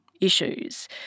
issues